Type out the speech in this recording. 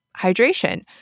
hydration